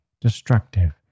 destructive